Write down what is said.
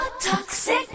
toxic